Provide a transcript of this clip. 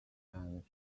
and